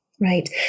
right